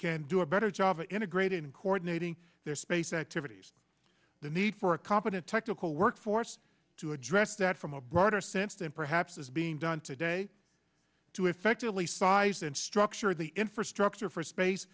can do a better job of integrating and coordinating their space activities the need for a competent technical workforce to address that from a broader sense than perhaps is being done today to effectively size and structure the infrastructure for space